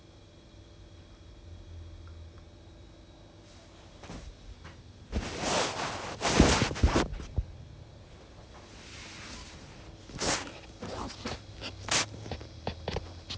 err actually nothing much lah on weekend 每次都是 you try you don't you don't go out lor try to stay at home so every Friday then 都是每次 go out and buy grocery and all then Saturday and Sunday just stay at home lor